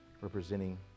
representing